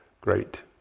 great